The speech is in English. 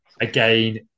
again